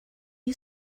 you